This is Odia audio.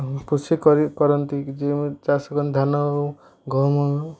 କୃଷି କରନ୍ତି ଯେ ଚାଷ କରନ୍ତି ଧାନ ଗହମ